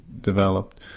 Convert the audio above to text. developed